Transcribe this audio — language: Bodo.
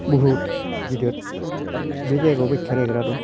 बहुत गिदिर बे जायगायावबो खेरायग्रा दं